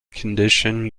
condition